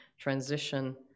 transition